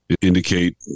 indicate